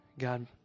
God